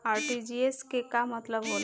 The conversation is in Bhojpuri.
आर.टी.जी.एस के का मतलब होला?